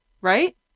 Right